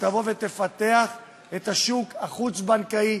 ותבוא ותפתח את השוק החוץ-בנקאי,